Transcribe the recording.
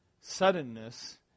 suddenness